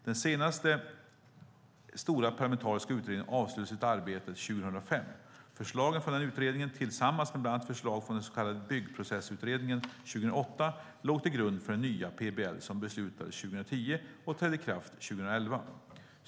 Den senaste stora parlamentariska utredningen avslutade sitt arbete 2005. Förslagen från den utredningen tillsammans med bland annat förslag från den så kallade Byggprocessutredningen 2008 låg till grund för den nya PBL som beslutades 2010 och trädde i kraft 2011.